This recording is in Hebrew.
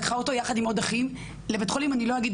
יחד עם עוד אחים לבית החולים אני לא אגיד